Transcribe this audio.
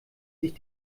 sich